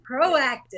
proactive